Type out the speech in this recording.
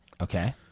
Okay